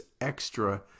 extra